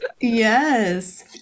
Yes